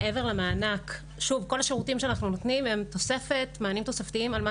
כל השירותים שאנחנו נותנים הם מענים תוספתיים על מה